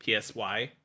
psy